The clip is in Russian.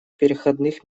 переходных